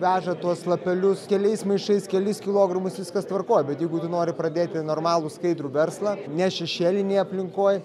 veža tuos lapelius keliais maišais kelis kilogramus viskas tvarkoj bet jeigu tu nori pradėti normalų skaidrų verslą ne šešėlinėj aplinkoj